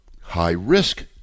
high-risk